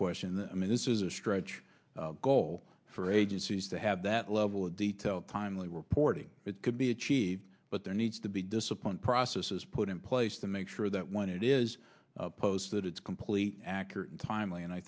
question i mean this is a stretch goal for agencies to have that level of detail timely reporting it could be achieved but there needs to be disciplined process is put in place to make sure that when it is posted it's complete accurate and timely and i